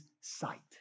sight